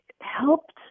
helped